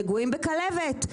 נגועים בכלבת,